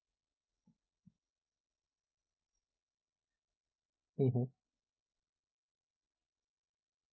mmhmm